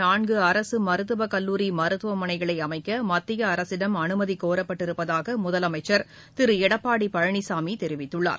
நான்குஅரசுமருத்துவக்கல்லூரிங மருத்துவமனைகளைஅமைக்கமத்தியஅரசிடம் அனுமதிகோரப்பட்டிருப்பதாகமுதலமைச்சர் திருளடப்பாடிபழனிசாமிதெரிவித்துள்ளார்